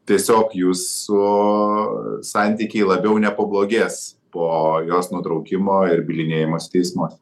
tiesiog jūsų santykiai labiau nepablogės po jos nutraukimo ir bylinėjimosi teismuose